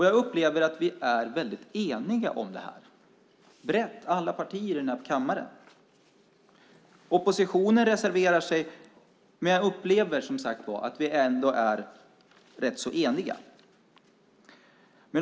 Jag upplever att vi är väldigt eniga om detta - brett, i alla partier i den här kammaren. Oppositionen reserverar sig, men jag upplever som sagt att vi ändå är rätt så eniga.